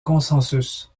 consensus